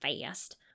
fast